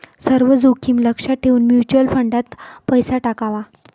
सर्व जोखीम लक्षात घेऊन म्युच्युअल फंडात पैसा टाकावा